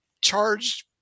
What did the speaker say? charged